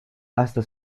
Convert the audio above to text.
hasta